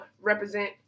represent